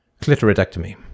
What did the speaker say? clitoridectomy